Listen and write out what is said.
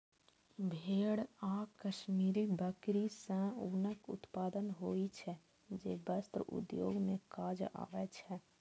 भेड़ आ कश्मीरी बकरी सं ऊनक उत्पादन होइ छै, जे वस्त्र उद्योग मे काज आबै छै